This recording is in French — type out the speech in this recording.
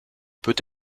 peut